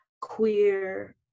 queer